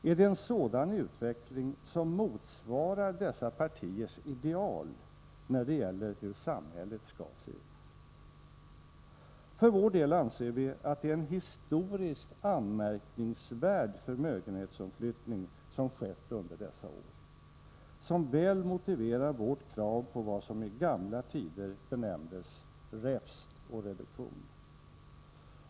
Är det en sådan utveckling som motsvarar dessa partiers ideal i fråga om hur samhället skall se ut? För vår del anser vi att det är en historiskt anmärkningsvärd förmögenhetsomflyttning som skett under dessa år och att den väl motiverar vårt krav på vad som i gamla tider benämndes ”räfst och reduktion”.